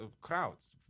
crowds